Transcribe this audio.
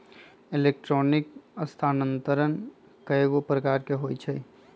electronic स्थानान्तरण कएगो प्रकार के हो सकइ छै